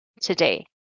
today